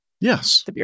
Yes